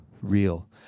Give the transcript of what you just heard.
real